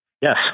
Yes